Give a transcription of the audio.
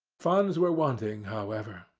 funds were wanting, however,